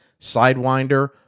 Sidewinder